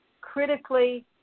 critically